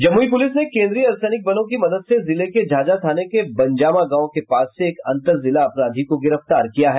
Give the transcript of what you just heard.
Jamui police ने केन्द्रीय अर्धसैनिक बलों की मदद से जिले के झाझा थाने के बंजामा गांव के पास से एक अंतरजिला अपराधी को गिरफ्तार किया है